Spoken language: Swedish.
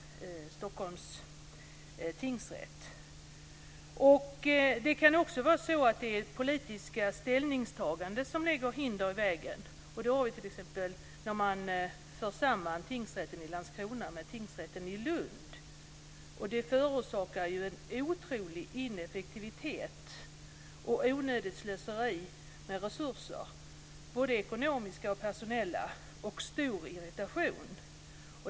Det kan också vara politiska ställningstaganden som lägger hinder i vägen. Det gäller t.ex. att man ska slå samman tingsrätten i Landskrona med tingsrätten i Lund. Det förorsakar en otroligt stor ineffektivitet och en stor irritation, och det är ett onödigt slöseri med både ekonomiska och personella resurser.